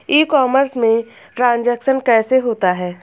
ई commerce में transaction कैसे होता है?